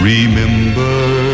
Remember